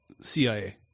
CIA